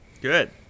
good